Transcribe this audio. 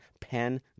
Pen